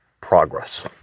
Progress